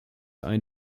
einen